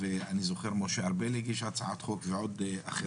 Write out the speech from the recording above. ואני זוכר משה ארבל הגיש הצעת חוק, ועוד אחרים.